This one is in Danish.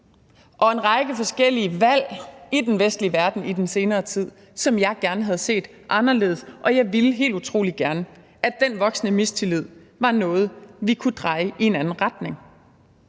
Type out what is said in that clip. og en række forskellige valg i den vestlige verden i den senere tid, som jeg gerne havde set anderledes, og jeg ville helt utrolig gerne, at den voksende mistillid var noget, vi kunne dreje i en anden retning.